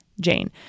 Jane